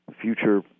future